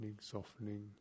softening